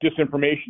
disinformation